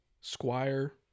Squire